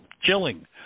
chilling